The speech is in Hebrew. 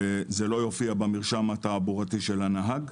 זה לא יופיע במרשם התעבורתי של הנהג.